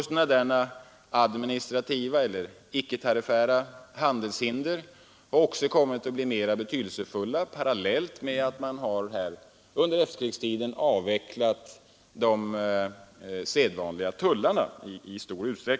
Sådana administrativa eller icke-tariffära handelshinder har också kommit att bli mera betydelsefulla parallellt med att man under efterkrigstiden i stor utsträckning har avvecklat de sedvanliga tullarna.